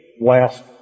last